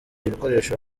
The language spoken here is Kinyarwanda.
ibikoresho